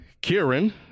Kieran